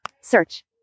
Search